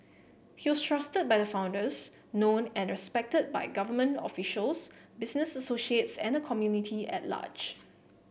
he was trusted by the founders known and respected by government officials business associates and the community at large